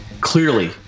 clearly